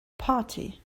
party